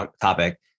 topic